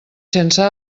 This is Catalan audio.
sense